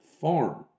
farm